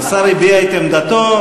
השר הביע את עמדתו,